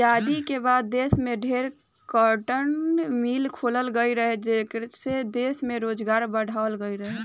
आजादी के बाद देश में ढेरे कार्टन मिल खोलल गईल रहे, जेइसे दश में रोजगार बढ़ावाल गईल रहे